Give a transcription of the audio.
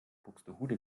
buxtehude